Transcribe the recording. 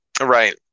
right